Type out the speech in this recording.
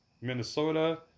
Minnesota